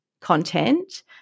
content